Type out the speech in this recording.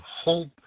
hope